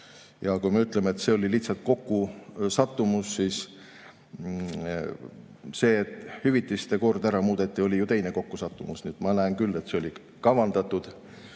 Ja kui me ütleme, et see oli lihtsalt kokkusattumus, siis see, et hüvitiste kord ära muudeti, oli teine kokkusattumus. Ma näen küll, et see oli kavandatud,